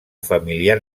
familiar